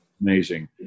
Amazing